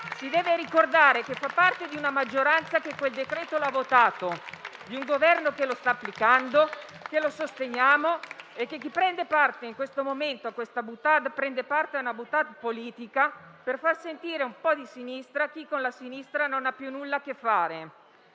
si deve ricordare che fa parte di una maggioranza che quel decreto lo ha votato, di un Governo che lo sta applicando, che lo sosteniamo e che chi prende parte, in questo momento, a questa *boutade*, prende parte a una *boutade* politica, per far sentire un po' di sinistra chi con la sinistra non ha più nulla a che fare».